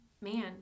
man